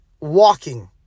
walking